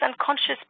unconscious